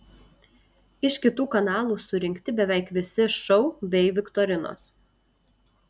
iš kitų kanalų surinkti beveik visi šou bei viktorinos